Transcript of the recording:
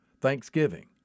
thanksgiving